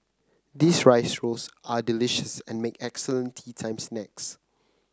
these rice rolls are delicious and make excellent teatime snacks